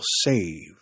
save